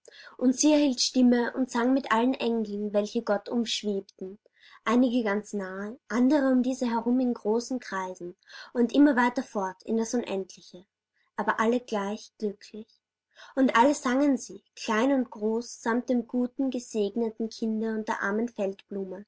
und sie erhielt stimme und sang mit allen engeln welche gott umschwebten einige ganz nahe andere um diese herum in großen kreisen und immer weiter fort in das unendliche aber alle gleich glücklich und alle sangen sie klein und groß samt dem guten gesegneten kinde und der armen